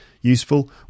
useful